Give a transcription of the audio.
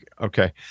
Okay